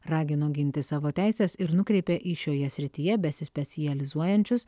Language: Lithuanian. ragino ginti savo teises ir nukreipė į šioje srityje besispecializuojančius